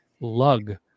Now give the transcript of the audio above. lug